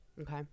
Okay